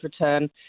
return